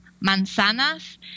manzanas